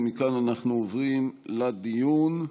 מכאן אנחנו עוברים לדיון,